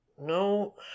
No